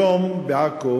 היום הוגש בעכו